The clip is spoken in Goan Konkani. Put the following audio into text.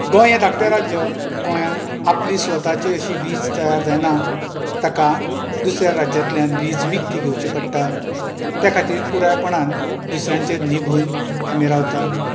गोंय हें धाकटें राज्य गोंयांत आपली स्वताची अशी वीज तयार जायना ताका दुसऱ्या राज्यांतल्यान वीज विकती घेवची पडटा त्या खातीर पुरायपणान दुसऱ्याचेर निंबून आमी रावता